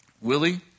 Willie